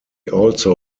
also